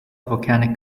volcanic